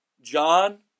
John